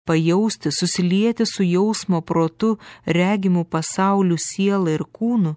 pajausti susilieti su jausmo protu regimu pasauliu siela ir kūnu